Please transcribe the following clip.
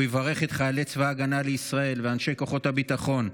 הוא יברך את חיילי צבא ההגנה לישראל ואנשי כוחות הביטחון,